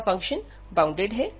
यहां function bounded है